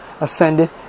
ascended